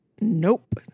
nope